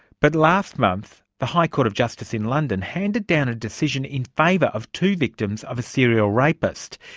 but last month the high court of justice in london handed down a decision in favour of two victims of a serial rapist.